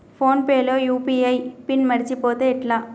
Phone pay లో UPI pin మరచిపోతే ఎట్లా?